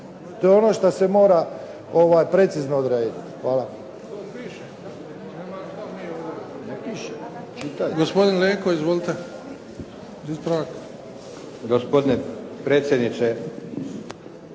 To je ono što se mora precizno odrediti. Hvala.